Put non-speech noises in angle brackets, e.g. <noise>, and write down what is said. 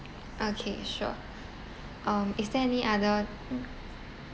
okay sure um is there any other <noise>